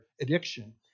addiction